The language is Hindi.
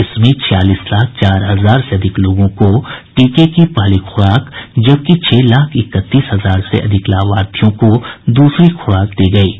इसमें छियालीस लाख चार हजार से अधिक लोगों को टीके की पहली खुराक जबकि छह लाख इकतीस हजार से अधिक लाभार्थियों को दूसरी खुराक दी गयी है